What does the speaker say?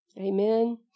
Amen